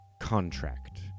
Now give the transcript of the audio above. contract